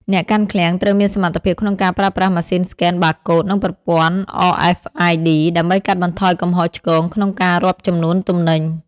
អ្នកកាន់ឃ្លាំងត្រូវមានសមត្ថភាពក្នុងការប្រើប្រាស់ម៉ាស៊ីនស្កែនបាកូដ និងប្រព័ន្ធ RFID ដើម្បីកាត់បន្ថយកំហុសឆ្គងក្នុងការរាប់ចំនួនទំនិញ។